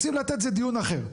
רוצים לתת, זה דיון אחר.